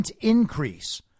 increase